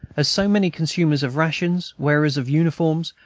as so many consumers of rations, wearers of uniforms,